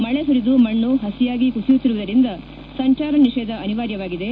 ಮಳೆ ಸುರಿದು ಮಣ್ಣು ಪಸಿಯಾಗಿ ಕುಸಿಯುತ್ತಿರುವುದರಿಂದ ಸಂಚಾರ ನಿಷೇಧ ಅನಿವಾರ್ಯವಾಗಿದೆ